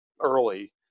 early